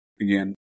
Again